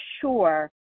sure